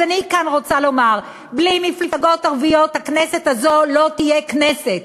אז אני רוצה כאן לומר: בלי מפלגות ערביות הכנסת הזו לא תהיה כנסת,